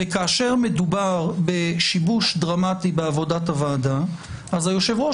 כאשר מדובר בשיבוש דרמטי בעבודת הוועדה היושב-ראש